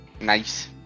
Nice